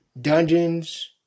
dungeons